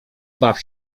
baw